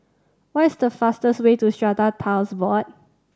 what is the fastest way to Strata Titles Board